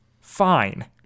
fine